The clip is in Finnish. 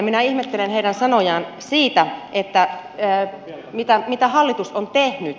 minä ihmettelen heidän sanojaan siitä mitä hallitus on tehnyt